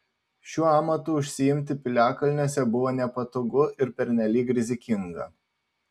šiuo amatu užsiimti piliakalniuose buvo nepatogu ir pernelyg rizikinga